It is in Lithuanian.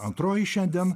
antroji šiandien